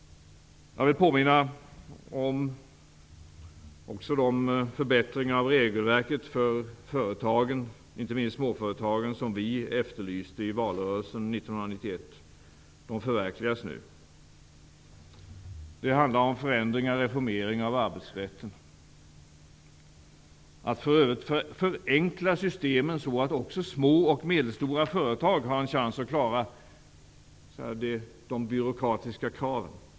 Jag vill också påminna om att de förbättringar av regelverket för företagen, inte minst småföretagen, som vi efterlyste i valrörelsen 1991 nu förverkligas. Det handlar om förändringar och reformeringar av arbetsrätten och om förenklingar av systemen som gör att också små och medelstora företag har en chans att klara av de byråkratiska kraven.